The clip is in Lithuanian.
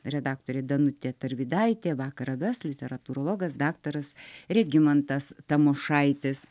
redaktorė danutė tarvydaitė vakarą ves literatūrologas daktaras regimantas tamošaitis